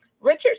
richard